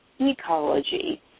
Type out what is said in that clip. Ecology